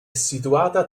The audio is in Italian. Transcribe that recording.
situata